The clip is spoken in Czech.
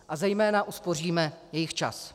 A zejména uspoříme jejich čas.